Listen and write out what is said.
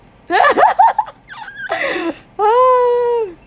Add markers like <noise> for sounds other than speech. <laughs>